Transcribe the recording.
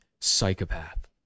psychopath